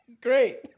Great